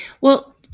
Well-